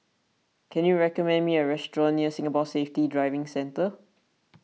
can you recommend me a restaurant near Singapore Safety Driving Centre